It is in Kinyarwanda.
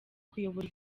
kuyobora